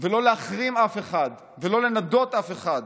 ולא להחרים אף אחד ולא לנדות אף אחד,